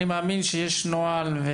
אני מאמין שיש נוהל.